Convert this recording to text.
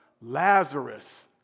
Lazarus